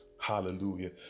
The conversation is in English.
hallelujah